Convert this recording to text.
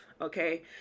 Okay